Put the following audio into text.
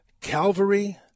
Calvary